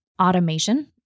automation